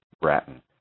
Bratton